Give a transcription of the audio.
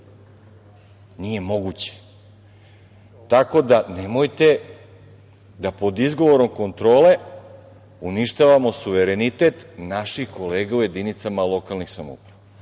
Nije moguće. Tako da, nemojte da pod izgovorom kontrole uništavamo suverenitet naših kolega u jedinicama lokalnih samouprava.